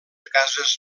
cases